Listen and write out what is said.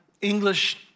English